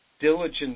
diligent